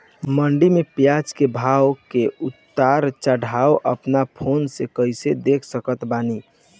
मंडी मे प्याज के भाव के उतार चढ़ाव अपना फोन से कइसे देख सकत बानी?